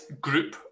group